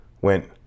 went